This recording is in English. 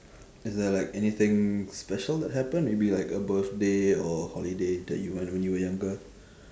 is there like anything special that happened maybe like a birthday or holiday that you went when you were younger